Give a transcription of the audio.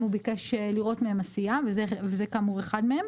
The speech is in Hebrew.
הוא ביקש לראות מהם עשייה וזה כאמור אחד מהם.